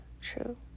true